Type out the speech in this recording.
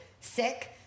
sick